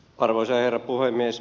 arvoisa herra puhemies